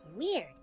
Weird